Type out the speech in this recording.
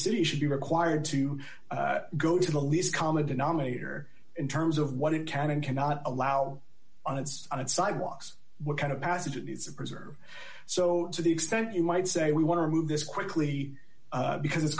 city should be required to go to the least common denominator in terms of what it can and cannot allow on its own sidewalks what kind of passage it needs to preserve so to the extent you might say we want to move this quickly because it's